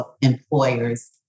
employers